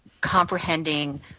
comprehending